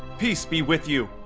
peace be with you!